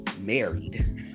married